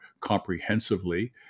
comprehensively